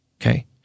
okay